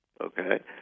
okay